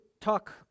talk